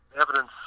evidence